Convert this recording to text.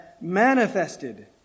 manifested